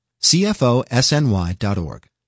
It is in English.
Cfosny.org